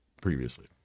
previously